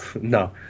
No